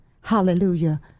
hallelujah